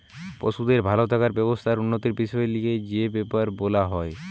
পশুদের ভাল থাকার ব্যবস্থা আর উন্নতির বিষয় লিয়ে যে বেপার বোলা হয়